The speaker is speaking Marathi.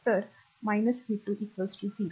तर v 2 0